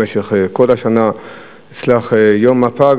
במשך כל השנה אצלך יום הפג,